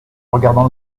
regardant